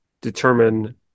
determine